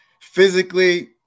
physically